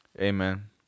Amen